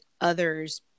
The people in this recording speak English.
others